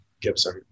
Gibson